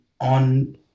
on